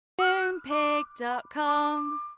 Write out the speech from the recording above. Moonpig.com